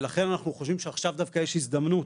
ולכן אנחנו חושבים שעכשיו דווקא יש הזדמנות,